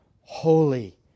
holy